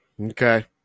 Okay